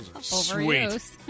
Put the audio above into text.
Sweet